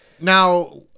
Now